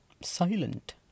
silent